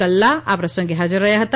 કલ્લા આ પ્રસંગે હાજર રહ્યા હતા